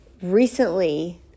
recently